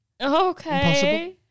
Okay